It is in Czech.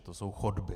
To jsou chodby.